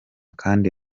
kandi